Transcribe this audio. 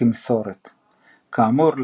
תמסורת - כאמור,